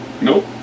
Nope